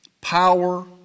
Power